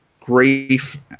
grief